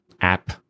app